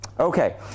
Okay